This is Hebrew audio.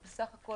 אבל בסך הכל